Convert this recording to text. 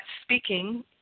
speaking